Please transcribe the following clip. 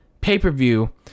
pay-per-view